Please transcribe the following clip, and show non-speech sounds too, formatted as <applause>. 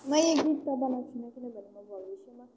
<unintelligible>